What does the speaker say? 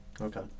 okay